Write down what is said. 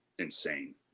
insane